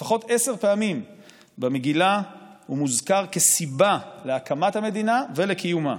לפחות עשר פעמים במגילה הוא מוזכר כסיבה להקמת המדינה ולקיומה.